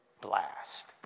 blast